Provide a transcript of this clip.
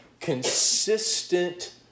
consistent